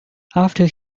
after